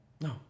No